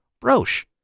Broche